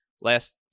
last